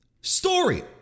Story